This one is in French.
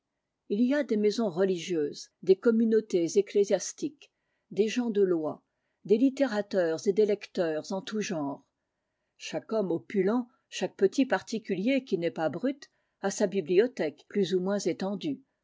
il y a des maisons religieuses des communautés ecclésiastiques des gens de loi des littérateurs et des lecteurs en tout genre chaque homme opulent chaque petit particulier qui n'est pas brute a sa bibliothèque plus ou moins étendue